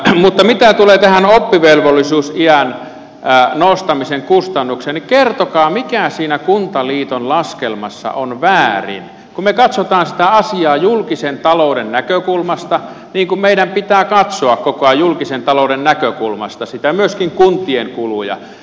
mutta mitä tulee tähän oppivelvollisuusiän nostamisen kustannukseen niin kertokaa mikä siinä kuntaliiton laskelmassa on väärin kun me katsomme sitä asiaa julkisen talouden näkökulmasta niin kuin meidän pitää katsoa koko ajan julkisen talouden näkökulmasta sitä myöskin kuntien kuluja